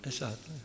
Esatto